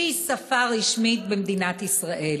שהיא שפה רשמית במדינת ישראל.